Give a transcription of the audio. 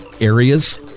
areas